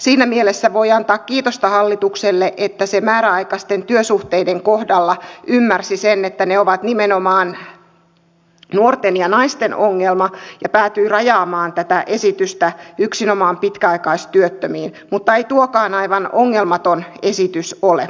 siinä mielessä voi antaa kiitosta hallitukselle että se määräaikaisten työsuhteiden kohdalla ymmärsi sen että ne ovat nimenomaan nuorten ja naisten ongelma ja päätyi rajaamaan tätä esitystä yksinomaan pitkäaikaistyöttömiin mutta ei tuokaan aivan ongelmaton esitys ole